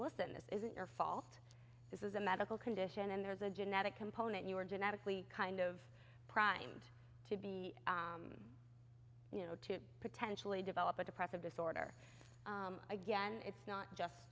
listen this isn't your fault this is a medical condition and there's a genetic component you are genetically kind of primed to be you know to potentially develop a depressive disorder again it's not just